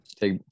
take